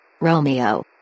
Romeo